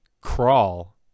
crawl